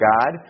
God